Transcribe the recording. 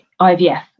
IVF